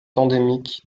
endémique